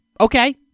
Okay